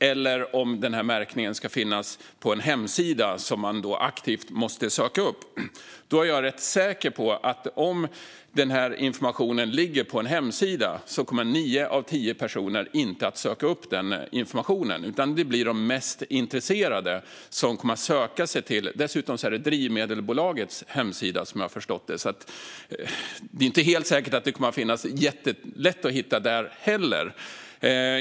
Eller ska märkningen finnas på en hemsida som man aktivt måste söka upp? Jag är rätt säker på att om den här informationen ligger på en hemsida kommer nio av tio personer inte att söka upp den, utan det blir de mest intresserade som kommer att söka sig till den. Dessutom ska informationen finnas på drivmedelbolagets hemsida, som jag har förstått det, och det är inte helt säkert att informationen kommer att vara jättelätt att hitta där heller.